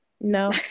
No